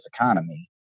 economy